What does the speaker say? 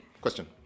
question